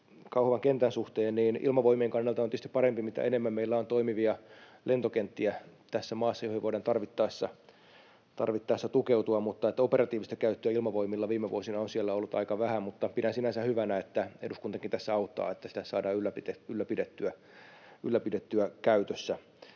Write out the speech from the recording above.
Kauhavan kentän suhteen: Ilmavoimien kannalta on tietysti parempi, mitä enemmän meillä on toimivia lentokenttiä tässä maassa, joihin me voidaan tarvittaessa tukeutua. Operatiivista käyttöä Ilmavoimilla viime vuosina on siellä ollut aika vähän, mutta pidän sinänsä hyvänä, että eduskuntakin tässä auttaa, että sitä saadaan ylläpidettyä, pidettyä